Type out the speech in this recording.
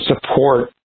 support